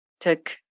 took